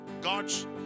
God's